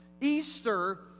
Easter